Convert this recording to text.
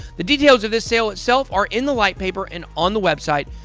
the details of this sale itself are in the light paper and on the website,